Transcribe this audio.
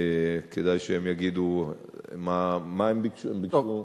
כדאי שהם יגידו מה הם ביקשו.